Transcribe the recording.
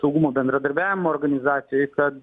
saugumo bendradarbiavimo organizacijoj kad